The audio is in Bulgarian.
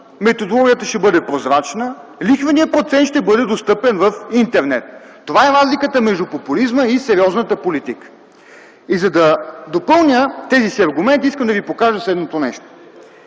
методологията ще бъде прозрачна, лихвеният процент ще бъде достъпен в интернет. Това е разликата между популизма и сериозната политика. За да допълня тези си аргументи, ще ви кажа следното нещо.